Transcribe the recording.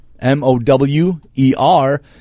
M-O-W-E-R